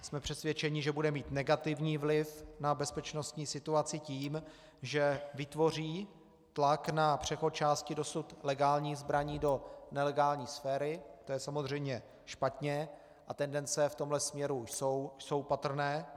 Jsme přesvědčeni, že bude mít negativní vliv na bezpečnostní situaci tím, že vytvoří tlak na přechod části dosud legálních zbraní do nelegální sféry, to je samozřejmě špatně, a tendence v tomhle směru už jsou patrné.